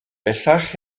bellach